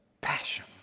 passion